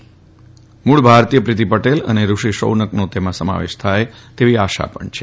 તેમાં મૂળ ભારતીય પ્રીતિ પટેલ અને ઋષિ શોનકનો સમાવેશ થાય તેવી આશા છે